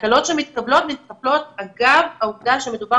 וההקלות שמתקבלות מתקבלות אגב העובדה שמדובר